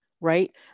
right